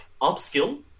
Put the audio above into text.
upskill